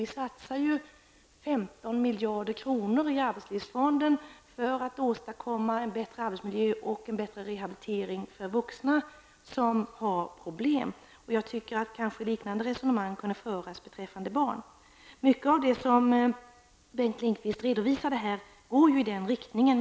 Vi satsar 15 miljarder kronor i arbetslivsfonden för att åstadkomma en bättre arbetsmiljö och en bättre rehabilitering för vuxna som har problem. Jag anser att ett liknande resonemang kunde föras beträffande barn. Mycket av det Bengt Lindqvist här redovisade går i denna riktning.